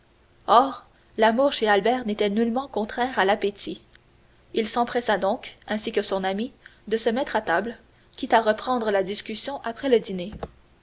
l'amour chez albert n'était nullement contraire à l'appétit il s'empressa donc ainsi que son ami de se mettre à table quitte à reprendre la discussion après le dîner